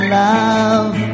love